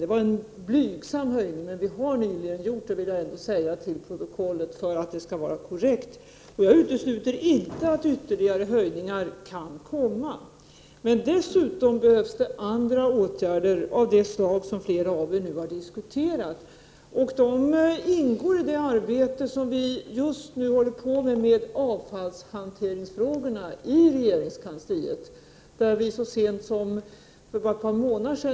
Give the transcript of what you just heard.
Det var en blygsam höjning, men vi har nyligen höjt den, det vill jag ändå få antecknat till protokollet för att det skall vara korrekt. Jag utesluter inte att ytterligare höjningar kan komma. Dessutom behövs andra åtgärder av det slag som flera av debattörerna här har diskuterat. De ingår i det arbete som vi just nu håller på med i regeringskansliet när det gäller avfallshanteringen.